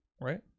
Right